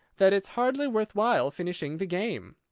that it's hardly worth while finishing the game.